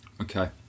Okay